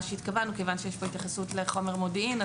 שהתכוונו כיוון שיש כאן התייחסות לחומר מודיעין.